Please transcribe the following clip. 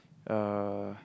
uh